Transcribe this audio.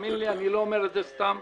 תאמין לי, אני לא אומר את זה סתם.